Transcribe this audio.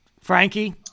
Frankie